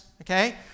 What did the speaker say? okay